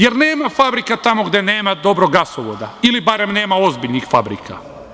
Jer, nema fabrika tamo gde nema dobrog gasovoda, ili barem nema ozbiljnih fabrika.